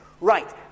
Right